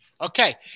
Okay